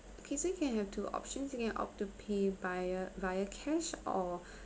okay so you can have two options you can opt to pay via via cash or